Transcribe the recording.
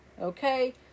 okay